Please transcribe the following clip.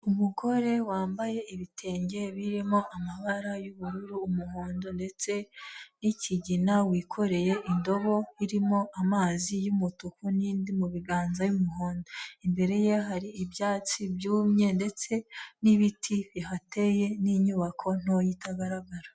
Umugore wambaye ibitenge birimo amabara y'ubururu, umuhondo ndetse n'kigina, wikoreye indobo irimo amazi y'umutuku, n'indi mu biganza y'umuhondo. Imbere ye hari ibyatsi byumye ndetse n'ibiti bihateye, n'inyubako ntoya itagaragara.